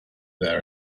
their